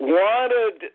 wanted